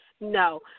No